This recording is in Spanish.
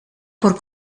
por